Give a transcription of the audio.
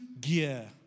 gear